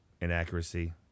Inaccuracy